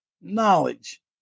knowledge